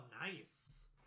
Nice